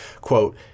quote